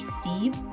Steve